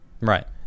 Right